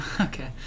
Okay